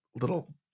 little